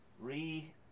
re